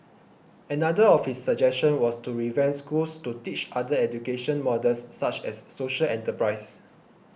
another of his suggestion was to revamp schools to teach other education models such as social enterprise